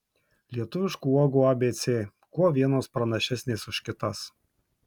lietuviškų uogų abc kuo vienos pranašesnės už kitas